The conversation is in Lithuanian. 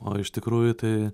o iš tikrųjų tai